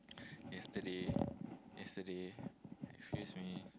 yesterday yesterday excuse me